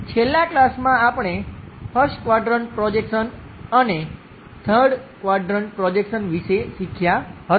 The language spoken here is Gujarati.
છેલ્લા ક્લાસમાં આપણે 1st ક્વાડ્રંટ પ્રોજેક્શન અને 3rd ક્વાડ્રંટ પ્રોજેક્શન વિશે શીખ્યા હતા